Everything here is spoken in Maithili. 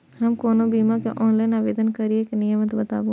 हम कोनो बीमा के लिए ऑनलाइन आवेदन करीके नियम बाताबू?